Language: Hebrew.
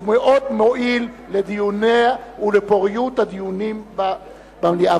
ומאוד מועיל לדיונים ולפוריות הדיונים במליאה,